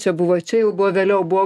čia buvo čia jau buvo vėliau buvo